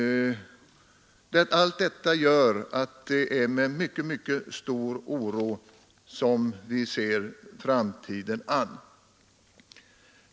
Allt detta gör att det är med mycket, mycket stor oro som jag ser framtiden an för fiskarnas del.